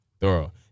Thorough